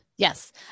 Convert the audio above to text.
Yes